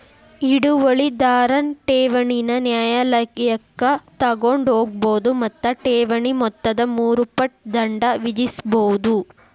ಹಿಡುವಳಿದಾರನ್ ಠೇವಣಿನ ನ್ಯಾಯಾಲಯಕ್ಕ ತಗೊಂಡ್ ಹೋಗ್ಬೋದು ಮತ್ತ ಠೇವಣಿ ಮೊತ್ತದ ಮೂರು ಪಟ್ ದಂಡ ವಿಧಿಸ್ಬಹುದು